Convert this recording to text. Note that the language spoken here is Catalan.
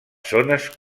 zones